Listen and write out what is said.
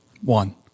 One